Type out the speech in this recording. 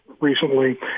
recently